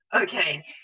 Okay